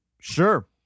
Sure